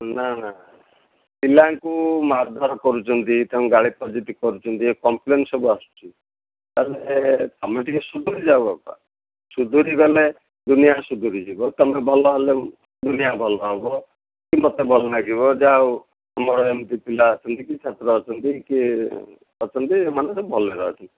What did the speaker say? ନା ନା ପିଲାଙ୍କୁ ମାରଧର କରୁଛନ୍ତି ତାଙ୍କୁ ଗାଳି ଫର୍ଜରି କରୁଛନ୍ତି କମ୍ପ୍ଲେନ୍ ସବୁ ଆସୁଛି ତା ଭିତରେ ତମେ ଟିକିଏ ସୁଧୁରି ଯାଅ ବାପା ସୁଧୁରି ଗଲେ ଦୁନିଆ ସୁଧୁରି ଯିବ ତୁମେ ଭଲ ହେଲେ ଦୁନିଆ ଭଲ ହେବ କି ମୋତେ ଭଲ ଲାଗିବ ଯାହା ହେଉ ମୋର ଏମତି ପିଲା ଅଛନ୍ତି କି ଏମିତି ଛାତ୍ର ଅଛନ୍ତି କି ଏମାନେ ଭଲରେ ଅଛନ୍ତି